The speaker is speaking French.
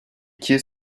quais